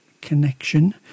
connection